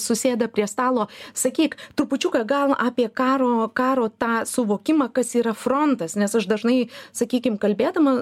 susėda prie stalo sakyk trupučiuką gal apie karo karo tą suvokimą kas yra frontas nes aš dažnai sakykim kalbėdama